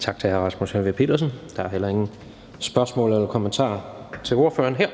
Tak til hr. Rasmus Helveg Petersen. Der er heller ingen spørgsmål eller kommentarer til ordføreren her.